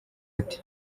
ati